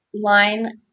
line